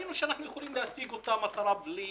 ראינו שאנחנו יכולים להשיג אותה מטרה בלי